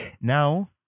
now